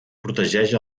protegeix